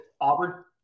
Auburn